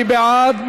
מי בעד?